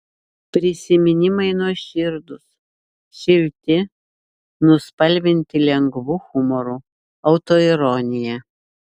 prisiminimai nuoširdūs šilti nuspalvinti lengvu humoru autoironija